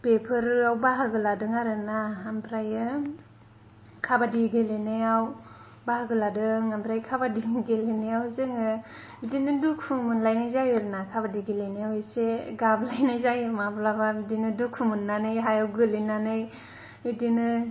बेफोराव बाहागो लादों आरोना ओमफ्रायो काबाद्दि गेलेनायाव बाहागो लादों ओमफ्राय काबाद्दि गेलेनायाव जोङो बिदिनो दुखुबो मोनलायनाय जायो आरोना काबाद्दि गेलेनायाव बिदिनो एसे गाबलायनाय जायो माब्लाबा बिदिनो दुखु मोननानै हायाव गोलैनानै बिदिनो